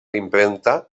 impremta